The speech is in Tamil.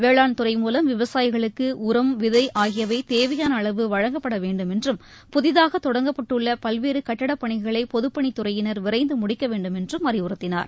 வேளாண் துறை மூலம் விவசாயிகளுக்கு உரம் விதை ஆகியவை தேவையான அளவு வழங்கப்பட வேண்டும் என்றும் புதிதாக தொடங்கப்பட்டுள்ள பல்வேறு கட்டடப்பணிகளை பொதுப்பணித்துறையினர் விரைந்து முடிக்க வேண்டும் என்றும் அறிவுறுத்தினார்